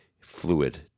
fluid